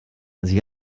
sie